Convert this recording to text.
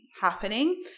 happening